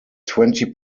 twenty